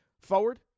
forward